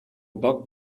bug